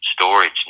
storage